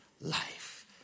life